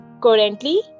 Currently